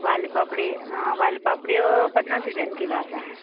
वालपापडी वालपापड्यो पन्नास रुपयांनी किलो आसा